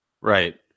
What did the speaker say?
Right